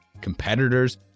competitors